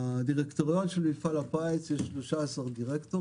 בדירקטוריון של מפעל הפיס יש 13 דירקטורים,